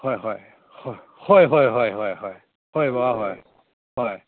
ꯍꯣꯏ ꯍꯣꯏ ꯍꯣꯏ ꯍꯣꯏ ꯍꯣꯏ ꯍꯣꯏ ꯍꯣꯏ ꯍꯣꯏ ꯍꯣꯏ ꯕꯕꯥ ꯍꯣꯏ ꯍꯣꯏ